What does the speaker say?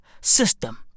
system